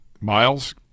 Miles